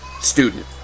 student